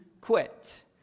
quit